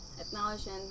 acknowledging